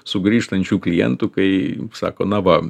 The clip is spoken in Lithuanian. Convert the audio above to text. sugrįžtančių klientų kai sako na va